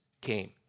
came